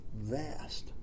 vast